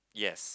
yes